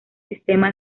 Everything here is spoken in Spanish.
sistema